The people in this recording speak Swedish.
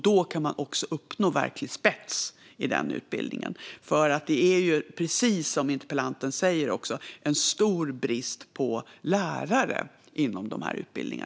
Då kan man uppnå verklig spets i den utbildningen. Det är ju, precis som interpellanten säger, en stor brist på lärare inom dessa utbildningar.